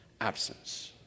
absence